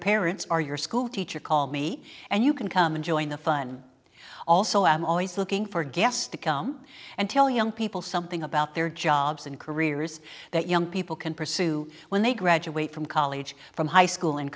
parents are your school teacher call me and you can come and join the fun also i'm always looking for guests to come and tell young people something about their jobs and careers that young people can pursue when they graduate from college from high school and